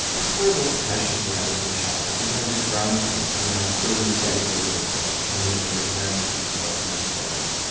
as for the passions he had as a child, even as a crown prince he now firmly dedicated himself to military matters and government affairs,